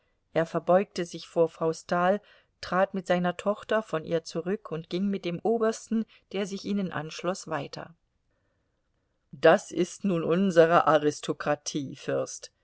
er verbeugte sich vor frau stahl trat mit seiner tochter von ihr zurück und ging mit dem obersten der sich ihnen anschloß weiter das ist nun unsere aristokratie fürst